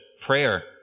prayer